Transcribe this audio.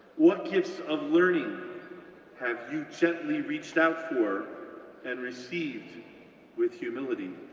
what gifts of learning have you gently reached out for and received with humility?